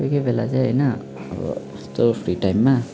कोही कोही बेला चाहिँ होइन अब यस्तो फ्री टाइममा